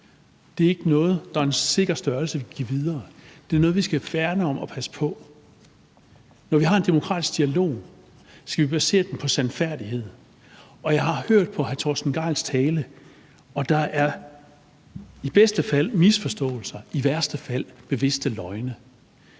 det er ikke noget, vi som en sikker størrelse kan give videre; det er noget, vi skal værne om og passe på. Når vi har en demokratisk dialog, skal vi basere den på sandfærdighed, og når jeg hører på hr. Torsten Gejls tale, er der i bedste fald tale om misforståelser, i værste fald om bevidste løgne.